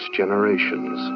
generations